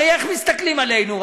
הרי, איך מסתכלים עלינו?